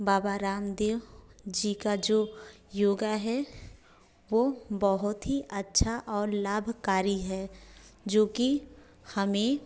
बाबा रामदेव जी का जो योगा है वो बहुत ही अच्छा और लाभकारी है जो कि हमें